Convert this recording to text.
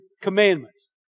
commandments